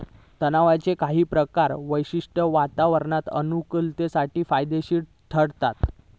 तणांचे काही प्रकार विशिष्ट वातावरणात अनुकुलतेसह फायदेशिर ठरतत